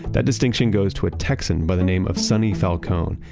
that distinction goes to a texan by the name of sonny falcone.